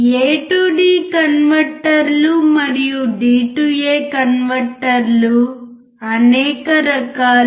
A to d కన్వర్టర్లు మరియు d to a కన్వర్టర్లు అనేక రకాలు